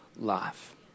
life